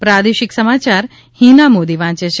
પ્રાદેશિક સમાચાર ફિના મોદી વાંચ છે